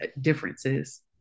differences